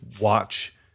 watch